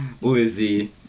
Lizzie